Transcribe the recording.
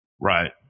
Right